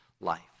life